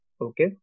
okay